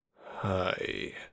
Hi